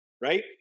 right